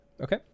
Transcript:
okay